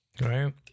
Right